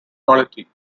quality